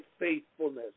faithfulness